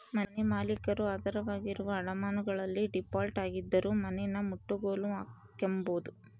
ಮನೆಮಾಲೀಕರು ಆಧಾರವಾಗಿರುವ ಅಡಮಾನಗಳಲ್ಲಿ ಡೀಫಾಲ್ಟ್ ಆಗಿದ್ದರೂ ಮನೆನಮುಟ್ಟುಗೋಲು ಹಾಕ್ಕೆಂಬೋದು